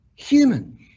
Human